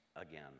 again